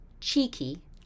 cheeky